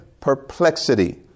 perplexity